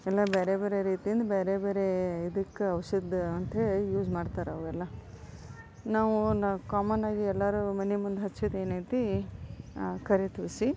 ಎಲ್ಲ ಬೇರೆ ಬೇರೆ ರೀತಿಯಿಂದ ಬೇರೆ ಬೇರೆ ಇದಕ್ಕೆ ಔಷಧ ಅಂತ್ಹೇಳಿ ಯೂಸ್ ಮಾಡ್ತಾರೆ ಅವೆಲ್ಲ ನಾವು ನ ಕಾಮನ್ನಾಗಿ ಎಲ್ಲರೂ ಮನೆ ಮುಂದೆ ಹಚ್ಚೋದೇನೈತಿ ಕರಿ ತುಳಸಿ